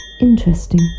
Interesting